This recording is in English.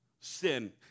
Sin